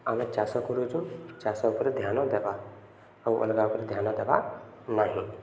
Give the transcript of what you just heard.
ଆମେ ଚାଷ କରୁଛୁ ଚାଷ ଉପରେ ଧ୍ୟାନ ଦେବା ଆଉ ଅଲଗା ଉପରେ ଧ୍ୟାନ ଦେବା ନାହିଁ